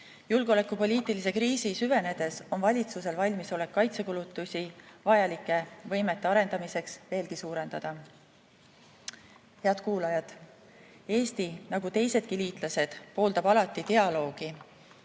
Julgeolekupoliitilise kriisi süvenedes on valitsusel valmisolek kaitsekulutusi vajalike võimete arendamiseks veelgi suurendada. Head kuulajad! Eesti nagu teisedki liitlased pooldab alati dialoogi.